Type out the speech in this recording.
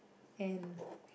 and